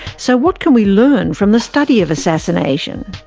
so what can we learn from the study of assassination?